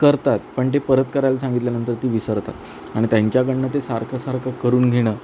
करतात पण ती परत करायला सांगितल्यानंतर ते विसरतात आणि त्यांच्याकडून ते सारखं सारखं करून घेणं